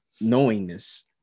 knowingness